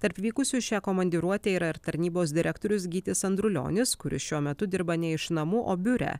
tarp vykusių į šią komandiruotę yra ir tarnybos direktorius gytis andrulionis kuris šiuo metu dirba ne iš namų o biure